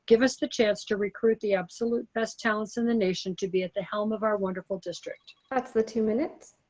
give us the chance to recruit the absolute best talents in the nation to be at the helm of our wonderful district. that's the two minutes.